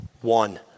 One